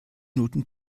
minuten